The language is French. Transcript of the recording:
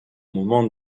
moment